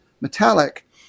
metallic